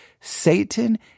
Satan